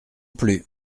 plus